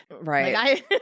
Right